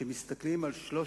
בבקשה.